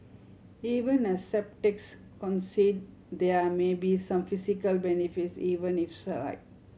even as sceptics concede there may be some physical benefits even if slight